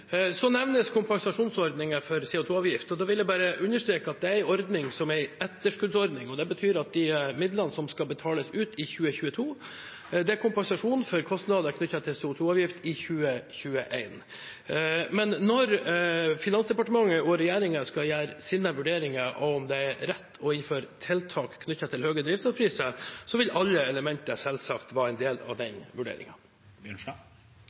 er en ordning som er en etterskuddsordning. Det betyr at de midlene som skal betales ut i 2022, er kompensasjon for kostnader knyttet til CO 2 -avgift i 2021. Men når Finansdepartementet og regjeringen skal gjøre sine vurderinger av om det er rett å innføre tiltak knyttet til høye drivstoffpriser, vil alle elementer selvsagt være en del av den vurderingen. Det blir oppfølgingsspørsmål – først Sivert Bjørnstad.